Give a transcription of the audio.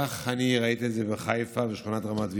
כך ראיתי את זה בחיפה, בשכונת רמת ויז'ניץ,